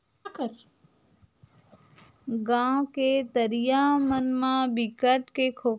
गाँव के तरिया मन म बिकट के खोखमा के फूल फूले दिखई देथे, तरिया म नहाय बर जाबे त बिकट सुग्घर दिखथे